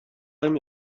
him